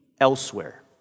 elsewhere